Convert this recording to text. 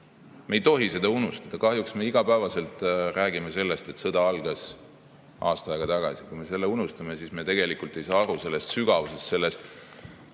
Me ei tohi seda unustada. Kahjuks me igapäevaselt räägime sellest, et sõda algas aasta aega tagasi. Kui me selle unustame, siis me tegelikult ei saa aru sellest sügavast kurjusest,